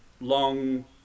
long